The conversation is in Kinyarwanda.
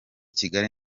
kigali